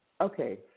Okay